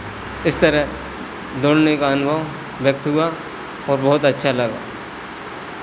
इस तरह दौड़ने का अनुभव व्यक्त हुआ और बहुत अच्छा लगा